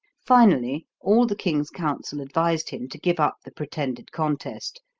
finally, all the king's council advised him to give up the pretended contest,